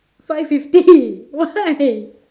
five fifty why